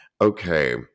Okay